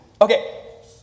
okay